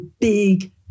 big